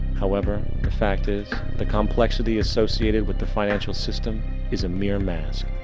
however, the fact is the complexity associated with the financial system is a mere mask.